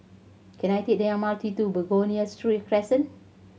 can I take the M R T to Begonia Street Crescent